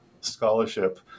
scholarship